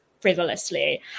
frivolously